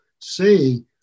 say